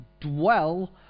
dwell